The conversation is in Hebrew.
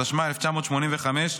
התשמ"ה 1985,